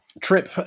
Trip